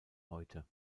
heute